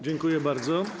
Dziękuję bardzo.